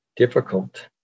Difficult